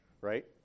right